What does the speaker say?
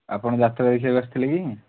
ଆପଣ ଯାତ୍ରା ଦେଖିବାକୁ ଆସିଥିଲେ କି